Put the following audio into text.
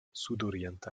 sudorienta